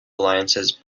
alliances